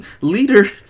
leader